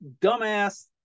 dumbass